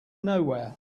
nowhere